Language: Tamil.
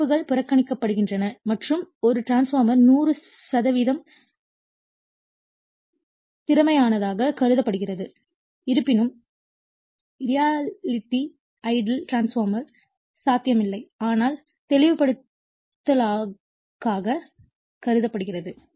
இழப்புகள் புறக்கணிக்கப்படுகின்றன மற்றும் ஒரு டிரான்ஸ்பார்மர் 100 சதவிகிதம் திறமையானதாகக் கருதப்படுகிறது இருப்பினும் ரியாலிட்டி ஐடியல் டிரான்ஸ்பார்மர் சாத்தியமில்லை ஆனால் தெளிவுபடுத்தலுக்காக கருதப்படுகிறது